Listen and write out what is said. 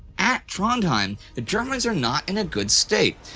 at trondheim the germans are not in a good state.